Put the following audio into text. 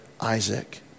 Isaac